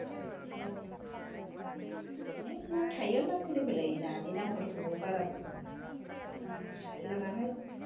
आमफ्राइ बिदिनो अनेक ना थायो ना गोरलै गोरलै नानि नामफोरखौबो बाराबो मोनथिलाय लाङाहाय